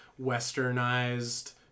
westernized